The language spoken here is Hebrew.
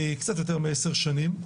קצת יותר מעשר שנים,